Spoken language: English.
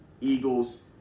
Eagles